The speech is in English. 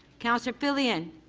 councillor filion,